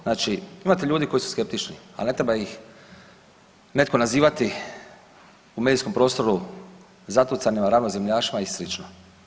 Znači imate ljudi koji su skeptični, ali ne treba ih netko nazivati u medijskom prostoru zatucanim ravnozemljašima i slično.